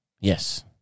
Yes